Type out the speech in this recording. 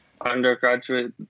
Undergraduate